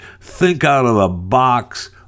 think-out-of-the-box